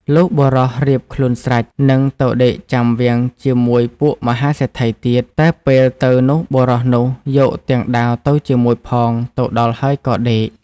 លុះបុរសរៀបខ្លួនស្រេច នឹងទៅដេកចាំវាំងជាមួយពួកមហាសេដ្ឋីទៀត តែពេលទៅនោះបុរសនោះយកទាំងដាវទៅជាមួយផងទៅដល់ហើយក៏ដេក ។